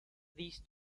these